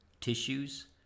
tissues